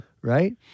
right